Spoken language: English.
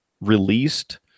released